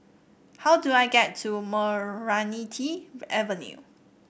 how do I get to Meranti Avenue